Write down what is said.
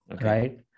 right